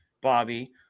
Bobby